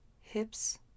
hips